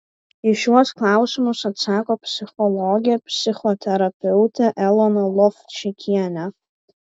į šiuos klausimus atsako psichologė psichoterapeutė elona lovčikienė